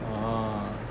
ah